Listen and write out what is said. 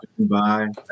Dubai